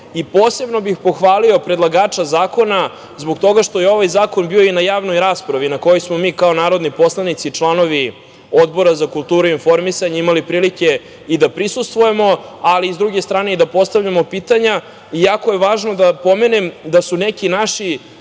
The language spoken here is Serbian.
nauku. Posebno bih pohvalio predlagača zakona zbog toga što je ovaj zakon bio i na javnoj raspravi, na kojoj smo mi kao narodni poslanici, članovi Odbora za kulturu i informisanje imali prilike i da prisustvujemo, ali s druge strane i da postavljamo pitanja. Jako je važno da su neki naši